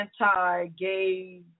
anti-gay